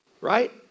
Right